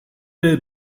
they